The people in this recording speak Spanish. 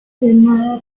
filmada